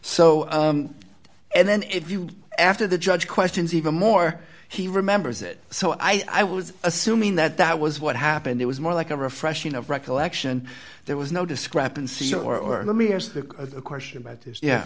so and then if you after the judge questions even more he remembers it so i was assuming that that was what happened it was more like a refreshing of recollection there was no discrepancy or let me ask a question about